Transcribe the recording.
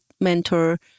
mentor